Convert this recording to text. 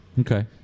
Okay